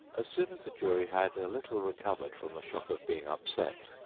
as soon as the jury had a little recovered from the shock of being upset,